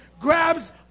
grabs